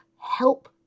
help